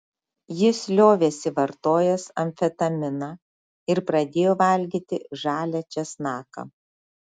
jis liovėsi vartojęs amfetaminą ir pradėjo valgyti žalią česnaką